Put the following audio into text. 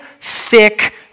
thick